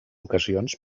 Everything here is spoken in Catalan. ocasions